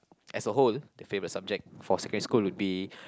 as a whole the favourite subject for secondary school would be